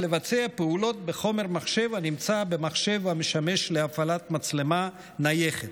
לבצע פעולות בחומר הנמצא במחשב המשמש להפעלת מצלמה נייחת,